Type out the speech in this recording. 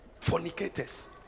Fornicators